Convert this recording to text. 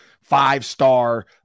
five-star